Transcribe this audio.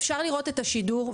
אפשר לראות את השידור,